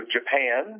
Japan